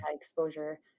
exposure